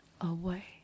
away